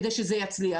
כדי שזה יצליח.